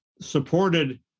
supported